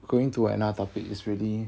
going to another topic is really